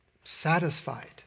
satisfied